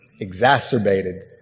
exacerbated